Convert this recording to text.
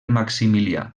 maximilià